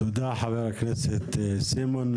תודה חבר הכנסת סימון,